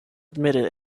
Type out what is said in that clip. admitted